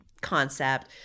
concept